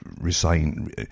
resign